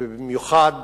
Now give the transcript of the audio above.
ובמיוחד